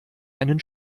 einen